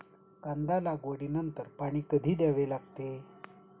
कांदा लागवडी नंतर पाणी कधी द्यावे लागते?